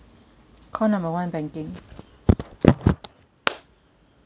call number one banking